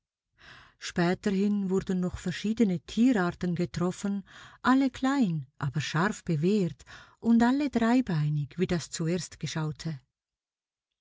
späterhin wurden noch verschiedene tierarten getroffen alle klein aber scharf bewehrt und alle dreibeinig wie das zuerst geschaute